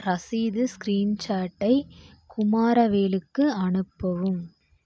ரசீது ஸ்க்ரீன்ஷாட்டை குமாரவேலுக்கு அனுப்பவும்